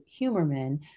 Humerman